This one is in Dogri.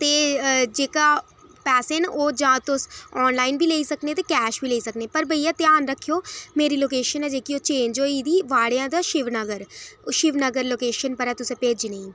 ते जेह्के पैसे न ओह् जां तुस ऑनलाइन बी लेई सकने ते कैश बी लेई सकने पर वाक्या ध्यान रक्खेओ मेरी लोकेशन ऐ जेह्की ओह् चेंज होई दी बाड़ेआं दा शिव नगर ओह् शिव नगर लोकेशन उप्पर ऐ तु'सें भेजने